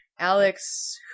Alex